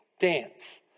Dance